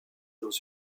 dans